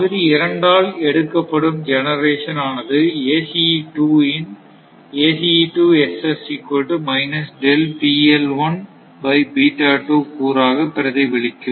பகுதி இரண்டால் எடுக்கப்படும் ஜெனரேஷன் ஆனது ACE 2 இன் கூறாக பிரதிபலிக்கும்